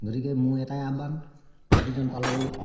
গতিকে মোৰ এটাই আহ্বান প্ৰতিজন পালকলৈ